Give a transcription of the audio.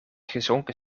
gezonken